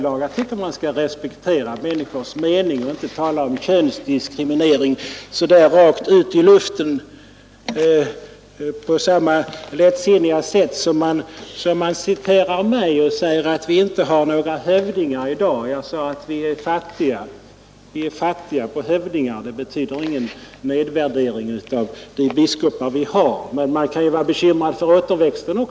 Jag tycker att man bör respektera människors uppfattning och inte tala om könsdiskriminering så där rakt ut i luften på samma lättsinniga sätt som man påstår att jag har sagt att vi inte har några hövdingar i dag. Jag sade att vi är fattiga på hövdingar. Det betyder ingen nedvärdering av de biskopar vi har, men man kan vara bekymrad för återväxten.